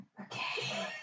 Okay